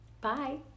Bye